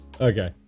Okay